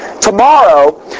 tomorrow